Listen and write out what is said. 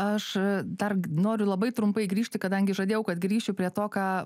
aš darg noriu labai trumpai grįžti kadangi žadėjau kad grįšiu prie to ką